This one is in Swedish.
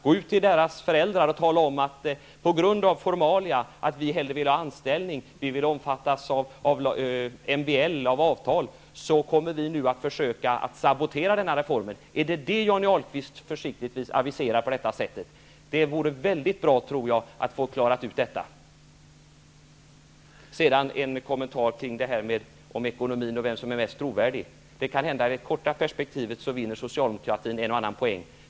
Gå ut och tala om för deras föräldrar att ni kommer att försöka sabotera reformen på grund av formalia, för att ni hellre vill att det skall vara fråga om anställning som skall omfattas av MBL och avtal! Är det vad Johnny Ahlqvist försiktigt aviserar på detta sätt? Det vore väldigt bra att få det utklarat. Sedan vill jag kommentera det här med ekonomi och vem som är mest trovärdig. I det korta perspektivet kan Socialdemokraterna vinna en och annan poäng.